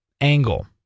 angle